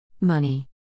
Money